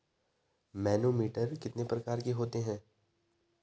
Manometer कितने प्रकार के होते हैं?